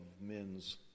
men's